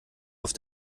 auf